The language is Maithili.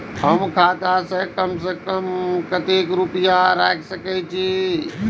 हम खाता में कम से कम कतेक रुपया रख सके छिए?